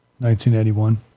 1981